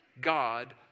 God